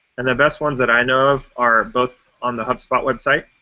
and the best ones that i know of are both on the hubspot website.